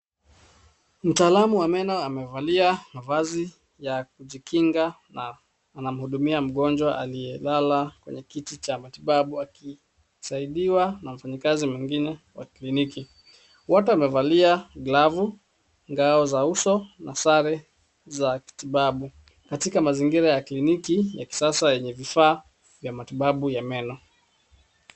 Mtaalam wa meno amevalia mavazi ya kujikinga na anamhudumia mgonjwa aliyelala kwenye kiti cha matibabu akisaidiwa na mfanyikazi mwingine wa kliniki. Wote wamevalia glavu, ngao za uso na sare za kitibabu. Katika mazingira ya kliniki ya kisasa yenye vifaa vya matibabu ya meno.